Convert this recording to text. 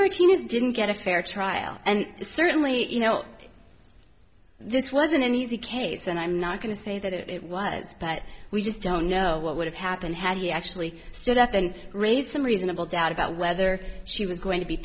martinez didn't get a fair trial and it's certainly you know this wasn't an easy case and i'm not going to say that it was but we just don't know what would have happened had he actually stood up and raised some reasonable doubt about whether she was going to be